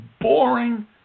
boring